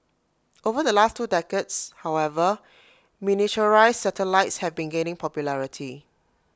over the last two decades however miniaturised satellites have been gaining popularity